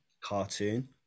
cartoon